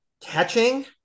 Catching